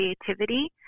creativity